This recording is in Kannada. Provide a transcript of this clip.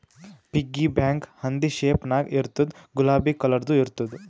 ಪಿಗ್ಗಿ ಬ್ಯಾಂಕ ಹಂದಿ ಶೇಪ್ ನಾಗ್ ಇರ್ತುದ್ ಗುಲಾಬಿ ಕಲರ್ದು ಇರ್ತುದ್